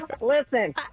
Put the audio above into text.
Listen